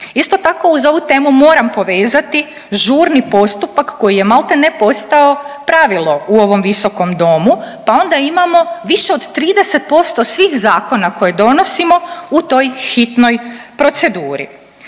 Isto tako uz ovu temu moram povezati žurni postupak koji je maltene postao pravilo u ovom visokom domu, pa onda imamo više od 30% svih zakona koje donosimo u toj hitnoj proceduri.